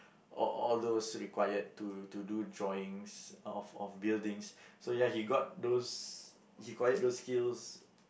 all all those required to to do drawings of of buildings so ya he got those he required those skills